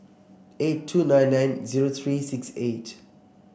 eight two nine nine zero three six eight